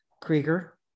Krieger